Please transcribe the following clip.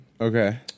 Okay